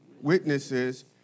witnesses